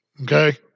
okay